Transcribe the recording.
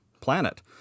planet